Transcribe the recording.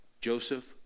Joseph